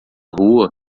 rua